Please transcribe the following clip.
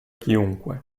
chiunque